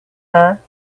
her